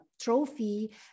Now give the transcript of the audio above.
trophy